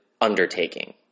undertaking